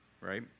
right